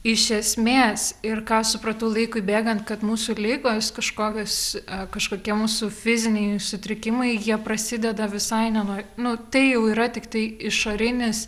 iš esmės ir ką supratau laikui bėgant kad mūsų ligos kažkokios kažkokie mūsų fiziniai sutrikimai jie prasideda visai ne nuo nu tai jau yra tiktai išorinis